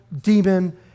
demon